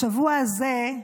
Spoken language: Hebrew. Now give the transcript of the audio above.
השבוע הזה,